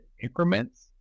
increments